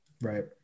Right